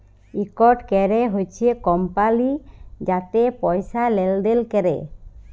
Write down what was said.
ইকট ক্যরে হছে কমপালি যাতে পয়সা লেলদেল ক্যরে